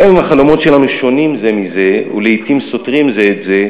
גם אם החלומות שלנו שונים זה מזה ולעתים סותרים זה את זה,